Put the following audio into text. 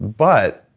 but